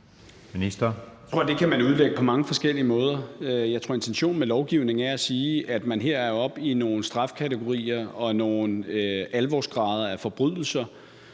Det kan man udlægge på mange forskellige måder. Jeg tror, intentionen med lovgivningen er at sige, at man her er oppe i nogle strafkategorier og nogle alvorsgrader af forbrydelser,